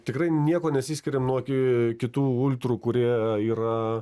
tikrai niekuo nesiskiriam nuo ki kitų ultrų kurie yra